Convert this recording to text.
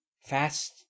Fast